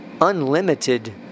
unlimited